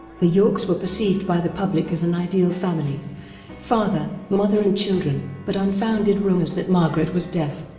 the yorks were perceived by the public as an ideal family father, mother and children, but unfounded rumours that margaret was deaf